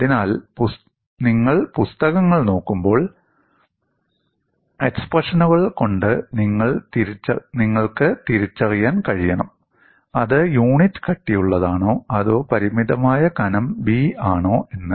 അതിനാൽ നിങ്ങൾ പുസ്തകങ്ങൾ നോക്കുമ്പോൾ എക്സ്പ്രഷനുകൾ കൊണ്ട് നിങ്ങൾക്ക് തിരിച്ചറിയാൻ കഴിയണം അത് യൂണിറ്റ് കട്ടിയുള്ളതാണോ അതോ പരിമിതമായ കനം B ആണോ എന്ന്